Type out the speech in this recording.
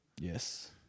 Yes